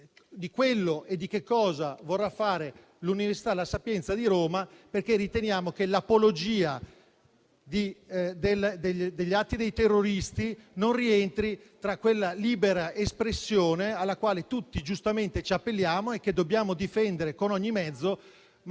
per capire cosa vorrà fare l'università La Sapienza di Roma, perché riteniamo che l'apologia degli atti dei terroristi non rientri in quella libertà di espressione alla quale tutti giustamente ci appelliamo e che dobbiamo difendere con ogni mezzo, ma